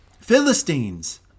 Philistines